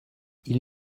ils